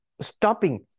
stopping